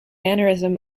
mannerism